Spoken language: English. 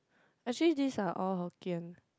actually these are all Hokkien